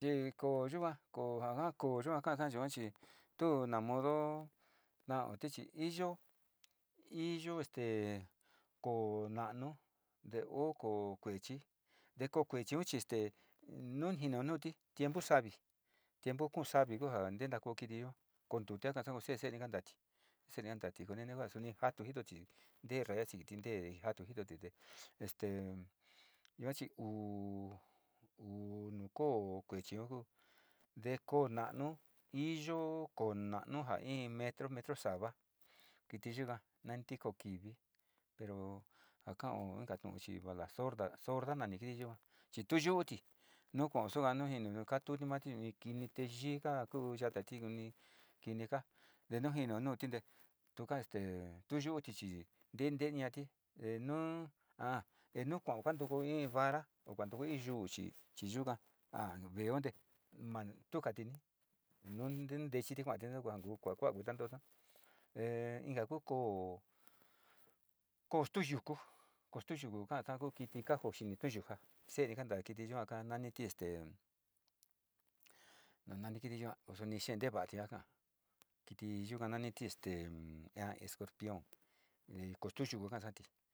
Te koo yuka, koo ja, ja, koo kaasa yua chi-tu na modo tooti chi iyo, iyo este koo na'anu te oo koo kuechi, te koo kuechi chi este nu ni jinio noti-tiempo savi, tiempo ja kuu savi ku ja ntentatekoyo ja ku kiti yua, koo ntote kakatu see, see kantaati, see kantati koo nini jatu jitoti, ntee ka raya sikiti tee jatu jitoti este yua chi, uu, uu, nu koo kuechi ku, te noo na'anu iyo koo na'anu ja metro, metro isaava kiti yuka na ntiko kivi pero ja kao inka tu'u chiva la sorda, sorda nani kitiun te yii kaa ku yatati kini kaa te nu jinio nuti te tuka estee, tu yuuti chi ntee, nteniati te nu a te nu kuao kuantukoo in vara o kuantukuyo in yuu chi yuka a nu veeon te tukati ni nun techiti kuati nu kua nu kua ni nto'osa; inka ku koo stu yuku, koo stuyuku kuu kiti kaa joo xini, to yujaa, se'eni' kantaa kiti yuka naniti este escorpion kostuyuku kasáti.